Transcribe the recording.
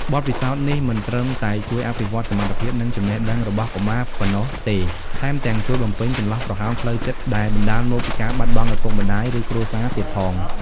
បទពិសោធន៍នេះមិនត្រឹមតែជួយអភិវឌ្ឍសមត្ថភាព និងចំណេះដឹងរបស់កុមារប៉ុណ្ណោះទេ ថែមទាំងជួយបំពេញចន្លោះប្រហោងផ្លូវចិត្ត ដែលបណ្ដាលមកពីការបាត់បង់ឪពុកម្ដាយ ឬគ្រួសារទៀតផង។